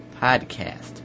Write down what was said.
podcast